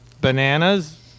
Bananas